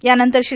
यानंतर श्री